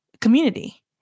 community